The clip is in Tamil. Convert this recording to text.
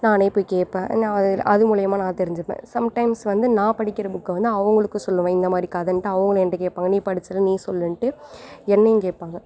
நானே போய் கேட்பேன் நான் அது மூலையமாக நான் தெரிஞ்சுப்பேன் சம் டைம்ஸ் வந்து நான் படிக்கிற புக்கை வந்து அவங்களுக்கும் சொல்லுவேன் இந்த மாதிரி கதைன்ட்டு அவங்களும் என்கிட்ட கேட்பாங்க நீ படிச்சியில நீ சொல்லுன்ட்டு என்னையும் கேட்பாங்க